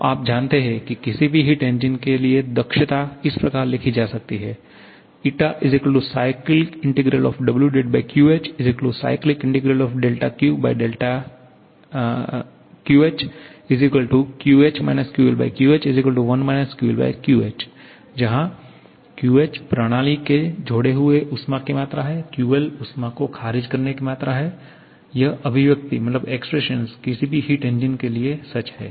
तो आप जानते हैं कि किसी भी हिट इंजन के लिए दक्षता इस प्रकार लिखी जा सकती है WQHQQHQH QLQH1 QLQH जहा QH प्रणाली में जोड़े गए ऊष्मा की मात्रा है QL ऊष्मा को खारिज करने की मात्रा है यह अभिव्यक्ति किसी भी हिट इंजन के लिए सच है